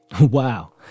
Wow